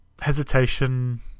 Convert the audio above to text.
hesitation